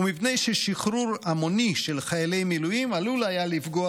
ומפני ששחרור המוני של חיילי מילואים עלול היה לפגוע